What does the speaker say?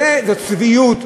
זאת צביעות.